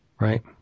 Right